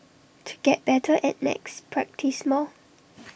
to get better at maths practise more